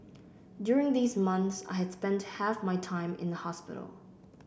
during these months I had spent half my time in a hospital